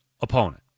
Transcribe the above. opponent